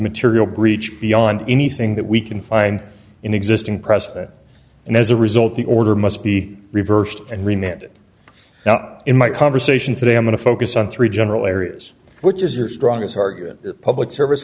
material breach beyond anything that we can find in existing president and as a result the order must be reversed and remit now in my conversation today i'm going to focus on three general areas which is your strongest argument public service